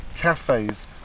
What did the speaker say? cafes